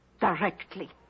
directly